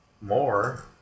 more